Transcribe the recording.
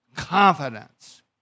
confidence